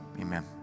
Amen